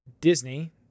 Disney